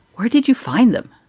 where did you find them?